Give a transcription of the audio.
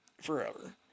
forever